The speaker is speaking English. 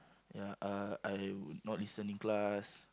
ya uh I would not listen in class